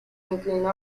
inclinó